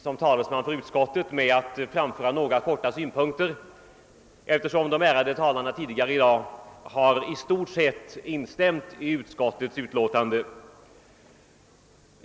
Som talesman för utskottet nöjer jag mig med att i korthet framföra några synpunkter, eftersom de föregående ärade talarna i stort sett har instämt i utskottet utlåtande.